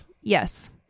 Yes